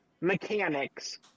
mechanics